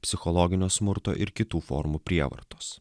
psichologinio smurto ir kitų formų prievartos